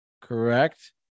Correct